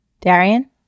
Darian